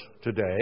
today